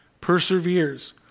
Perseveres